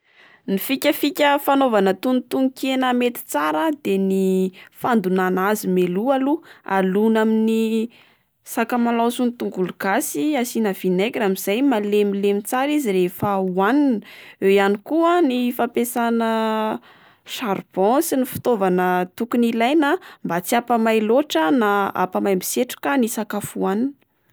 Ny fikafika fanaovana tonotononkena mety tsara de ny fandonana azy mialoha aloha, alona amin'ny sakamalaho sy ny tongolo gasy asiana vinaigra amin'izay malemilemy tsara izy rehefa oanina, eo ihany koa ny fampiasana charbon sy ny fitaovana tokony ilaina mba tsy ampamay loatra na ampamaimbo setroka ny sakafo oanina.